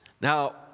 Now